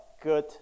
good